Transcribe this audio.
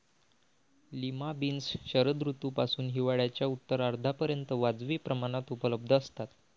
lima beans शरद ऋतूपासून हिवाळ्याच्या उत्तरार्धापर्यंत वाजवी प्रमाणात उपलब्ध असतात